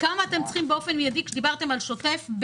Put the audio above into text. "כמה אתם צריכים באופן מידי?" כשדיברתם על שוטף,